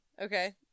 Okay